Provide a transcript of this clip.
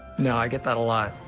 no. i get that a lot.